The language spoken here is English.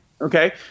Okay